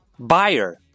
Buyer